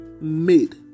made